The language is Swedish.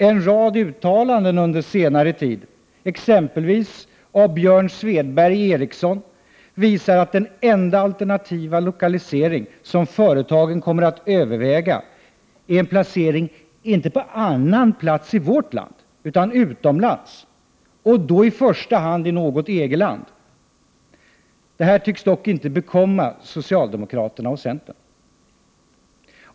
En rad uttalanden under senare tid, exempelvis av Björn Svedberg i Ericsson, visar att den enda alternativa lokalisering som företagen kommer att överväga är en placering, inte på annan plats i vårt land, utan utomlands och då i första hand i något EG-land. Detta tycks dock inte bekomma socialdemokraterna och centern.